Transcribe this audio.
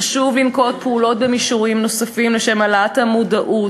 חשוב לנקוט פעולות במישורים נוספים לשם העלאת המודעות,